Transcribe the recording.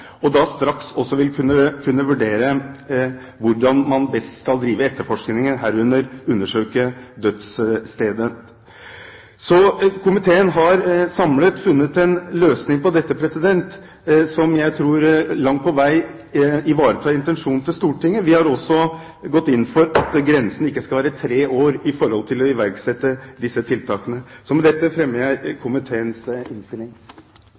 og da straks vil kunne vurdere hvordan man best skal drive etterforskning, herunder undersøke dødsstedet. Komiteen har samlet funnet en løsning på dette som jeg tror langt på vei ivaretar intensjonen til Stortinget. Vi har også gått inn for at grensene ikke skal være tre år med hensyn til å iverksette disse tiltakene. Med dette anbefaler jeg komiteens innstilling.